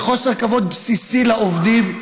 זה חוסר כבוד בסיסי לעובדים.